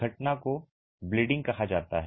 घटना को रक्तस्राव कहा जाता है